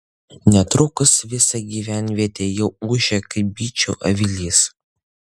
netrukus visa gyvenvietė jau ūžė kaip bičių avilys